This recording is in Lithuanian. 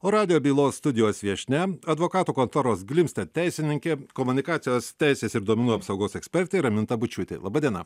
o radijo bylos studijos viešnia advokatų kontoros glimstet teisininkė komunikacijos teisės ir duomenų apsaugos ekspertė raminta bučiūtė laba diena